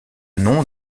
nom